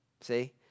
See